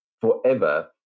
forever